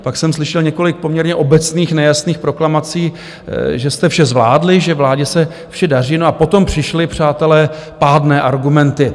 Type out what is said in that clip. Pak jsem slyšel několik poměrně obecných, nejasných proklamací, že jste vše zvládli, že vládě se vše daří, a potom přišli, přátelé, pádné argumenty!